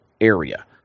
area